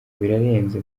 birarenze